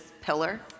pillar